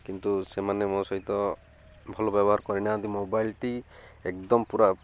କିନ୍ତୁ ସେମାନେ ମୋ ସହିତ ଭଲ ବ୍ୟବହାର କରିନାହାନ୍ତି ମୋବାଇଲ୍ଟି ଏକଦମ୍ ପୁରା